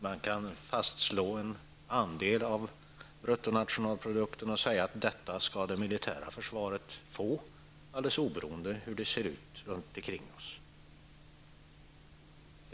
Man kan fastställa en viss andel av bruttonationalprodukten och säga att detta skall det militära försvaret få alldeles oberoende av hur det ser ut omkring oss.